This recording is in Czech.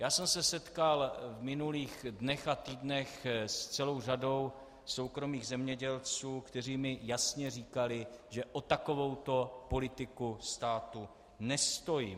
Já jsem se setkal v minulých dnech a týdnech s celou řadou soukromých zemědělců, kteří mi jasně říkali, že o takovouto politiku státu nestojí.